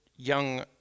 young